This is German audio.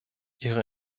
ihre